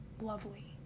lovely